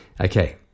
Okay